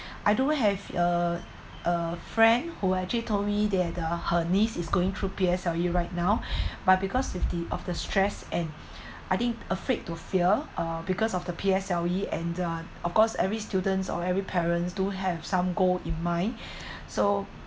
I do have a a friend who actually told me that uh her niece is going through P_S_L_E right now but because of the of the stress and I think afraid to fail or because of the P_S_L_E and uh of course every students or every parents do have some goal in mind so